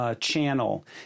Channel